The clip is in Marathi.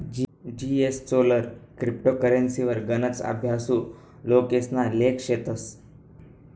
जीएसचोलर क्रिप्टो करेंसीवर गनच अभ्यासु लोकेसना लेख शेतस